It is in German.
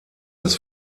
des